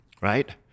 right